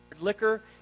liquor